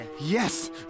Yes